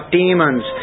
demons